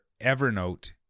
Evernote